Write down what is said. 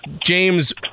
James